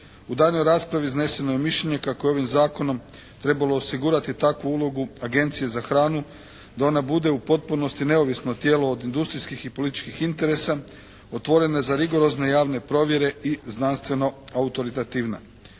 U daljnjoj raspravi izneseno je mišljenje kako je ovim zakonom trebalo osigurati takvu ulogu Agencije za hranu da ona bude u potpunosti neovisno tijelo od industrijskih i političkih interesa otvorena za rigorozne javne provjere i znanstveno autoritativna.